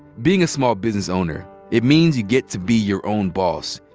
being a small business owner, it means you get to be your own boss.